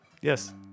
Yes